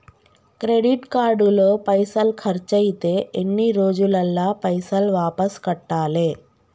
Credit card లో పైసల్ ఖర్చయితే ఎన్ని రోజులల్ల పైసల్ వాపస్ కట్టాలే?